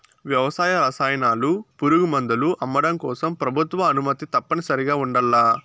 వ్యవసాయ రసాయనాలు, పురుగుమందులు అమ్మడం కోసం ప్రభుత్వ అనుమతి తప్పనిసరిగా ఉండల్ల